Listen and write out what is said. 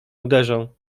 uderzą